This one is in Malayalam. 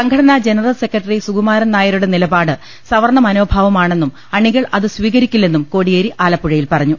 സംഘടനാ ജനറൽ സെക്രട്ടറി സുകുമാരൻ നായരുടെ നിലപാട് സവർണ മനോഭാവമാണെന്നും അണികൾ അത് സ്വീകരിക്കില്ലെന്നും കോടിയേരി ആലപ്പുഴയിൽ പറഞ്ഞു